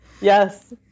Yes